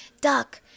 duck